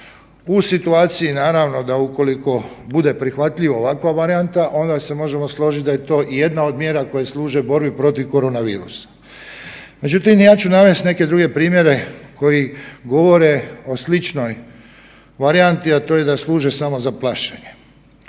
U situaciji naravno da ukoliko bude prihvatljiva ovakva varijanta onda se možemo složiti da je to jedna od mjera koje služe borbi protiv korona virusa. Međutim, ja ću navesti neke druge primjere koji govore o sličnoj varijanti, a to je da služe samo za plašenje.